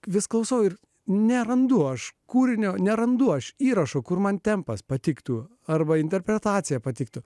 vis klausau ir nerandu aš kūrinio nerandu aš įrašo kur man tempas patiktų arba interpretaciją patiktų